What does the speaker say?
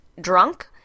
drunk